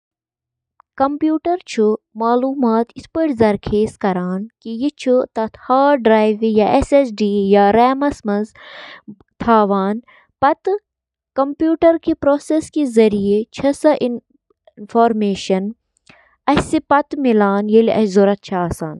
اکھ digital camera, یتھ digicam تہِ ونان چھِ، چھُ اکھ کیمرا یُس ڈیجیٹل میموری منٛز فوٹو رٹان چھُ۔ ایمِچ کٲم چِھ کُنہِ چیزٕ یا موضوع پیٹھہٕ لائٹ ایکہِ یا زیادٕہ لینزٕ کہِ ذریعہِ کیمراہس منز گزران۔ لینس چھِ گاشَس کیمراہَس منٛز ذخیرٕ کرنہٕ آمٕژ فلمہِ پٮ۪ٹھ توجہ دِوان۔